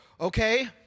okay